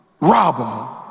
robber